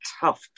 tough